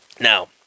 Now